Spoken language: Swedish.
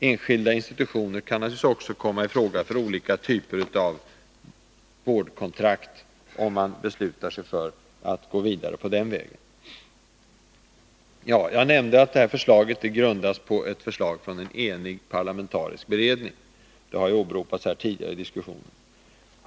Enskilda institutioner kan naturligtvis också komma ii fråga för olika typer av vårdkontrakt, om man beslutar sig för att gå vidare på den vägen. Jag nämnde att detta förslag grundas på ett förslag från en enig parlamentarisk beredning. Det har också åberopats tidigare här i diskussionen.